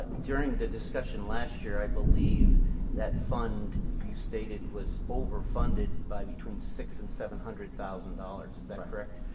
during the discussion last year, i believe that fund you stated was over funded by between six and seven hundred thousand dollars, is that correct?